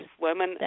Women